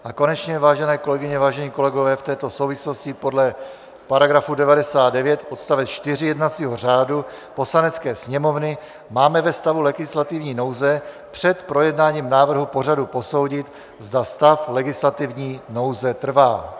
A konečně, vážené kolegyně, vážení kolegové, v této souvislosti podle § 99 odst. 4 jednacího řádu Poslanecké sněmovny máme ve stavu legislativní nouze před projednáním návrhu pořadu posoudit, zda stav legislativní nouze trvá.